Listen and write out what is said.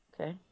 Okay